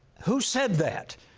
who said that?